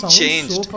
changed